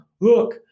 look